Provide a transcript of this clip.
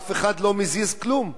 ואף אחד לא מזיז כלום.